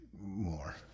more